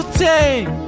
take